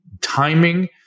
timing